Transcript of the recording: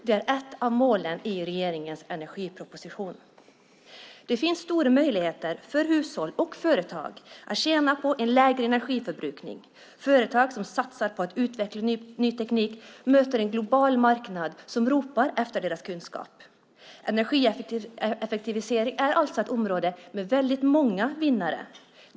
Det är ett av målen i regeringens energiproposition. Det finns stora möjligheter för hushåll och företag att tjäna på en lägre energiförbrukning. Företag som satsar på att utveckla ny teknik möter en global marknad som ropar efter deras kunskap. Energieffektivisering är alltså ett område med väldigt många vinnare.